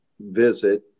visit